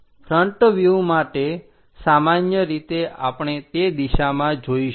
front view માટે સામાન્ય રીતે આપણે તે દિશામાં જોઈશું